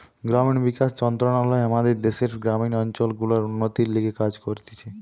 গ্রামীণ বিকাশ মন্ত্রণালয় আমাদের দ্যাশের গ্রামীণ অঞ্চল গুলার উন্নতির লিগে কাজ করতিছে